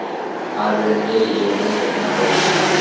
हमर ऋण के ई.एम.आई केतना पड़ी?